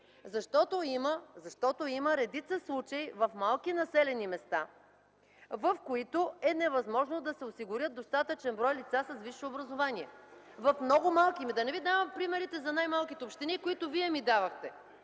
защото има редица случаи в малки населени места, в които е невъзможно да се осигурят достатъчен брой лица с висше образование. Да не ви давам примерите за най-малките общини, които вие ми давахте.